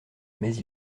mais